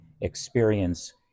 experience